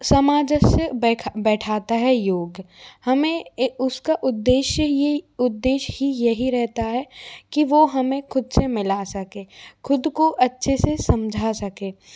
सामंजस्य बैठाता है योग हमें ये उसका उद्देश्य ही उद्देश्य ही यही रहता है कि वो हमे खुद से मिला सके खुद को अच्छे से समझा सके